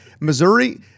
Missouri